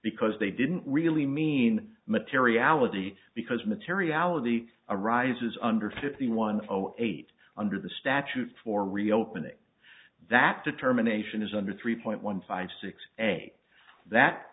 because they didn't really mean materiality because materiality arises under fifty one zero eight under the statute for reopening that determination is under three point one five six eight that